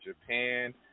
Japan